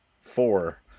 Four